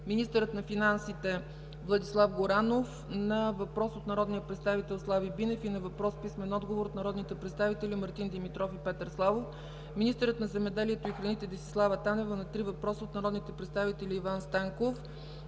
министърът на финансите Владислав Горанов – на въпрос от народния представител Слави Бинев, и на въпрос с писмен отговор от народните представители Мартин Димитров и Петър Славов; - министърът на земеделието и храните Десислава Танева – на три въпроса от народните представители Иван Станков;